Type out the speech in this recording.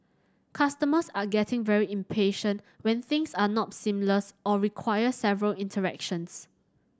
customers are getting very impatient when things are not seamless or require several interactions